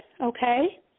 okay